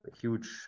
huge